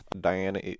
Diana